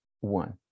one